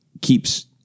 keeps